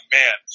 man